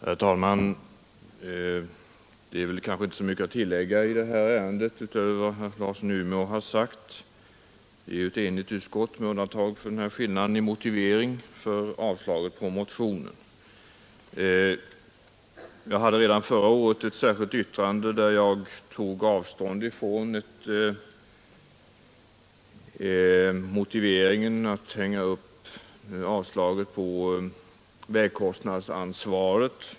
Herr talman! Det finns kanske inte så mycket att tillägga i detta sagt. Utskottet är ju enigt med ärende utöver vad herr Larsson i Umeå undantag för skillnaden i motivering för avstyrkandet av motionen. Jag avgav redan förra året ett särskilt yttrande, där jag bl.a. tog avstånd från att man hängde upp motiveringen för avstyrkandet på frågan om vägkostnadsansvaret.